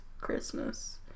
Christmas